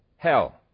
Hell